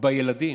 בילדים,